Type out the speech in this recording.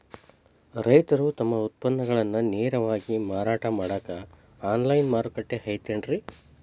ರೈತರು ತಮ್ಮ ಉತ್ಪನ್ನಗಳನ್ನ ನೇರವಾಗಿ ಮಾರಾಟ ಮಾಡಾಕ ಆನ್ಲೈನ್ ಮಾರುಕಟ್ಟೆ ಐತೇನ್ರಿ?